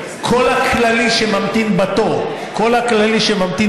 כל כללי שממתין בתור יקבל.